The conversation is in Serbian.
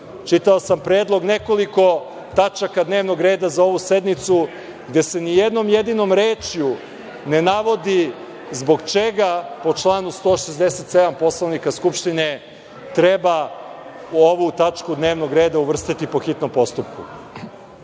Čitao sam predlog, nekoliko tačaka dnevnog reda za ovu sednicu, gde se ni jednom jedinom rečju ne navodi zbog čega po članu 167. Poslovnika Skupštine treba u ovu tačku dnevnog reda uvrstiti po hitnom postupku. Da